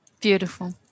Beautiful